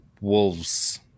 Wolves